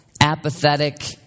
apathetic